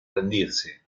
rendirse